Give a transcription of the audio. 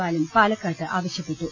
ബാലൻ പാലക്കാട്ട് ആവ ശ്യപ്പെട്ടു